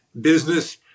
business